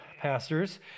pastors